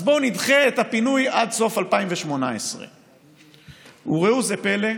אז בואו נדחה את הפינוי עד סוף 2018. וראו זה פלא,